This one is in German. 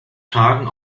tagen